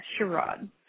Sherrod